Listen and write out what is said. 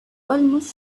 almost